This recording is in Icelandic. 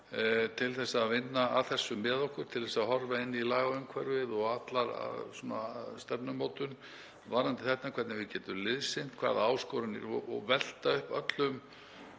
til að vinna að þessu með okkur, til að horfa á lagaumhverfið og alla stefnumótun varðandi þetta, hvernig við getum liðsinnt, hvaða áskoranir eru og velta upp öllum